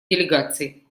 делегации